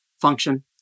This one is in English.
function